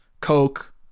Coke